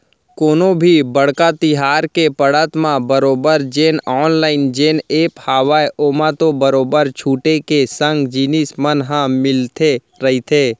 कोनो भी बड़का तिहार के पड़त म बरोबर जेन ऑनलाइन जेन ऐप हावय ओमा तो बरोबर छूट के संग जिनिस मन ह मिलते रहिथे